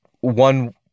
one